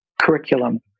curriculum